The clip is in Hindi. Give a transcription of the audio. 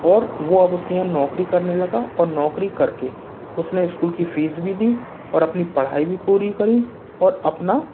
और वह अब उसके यहाँ नौकरी करने लगा और नौकरी करके उसने स्कूल की फ़ीस भी दी और अपनी पढ़ाई भी पूरी करी और अपना